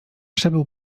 przebył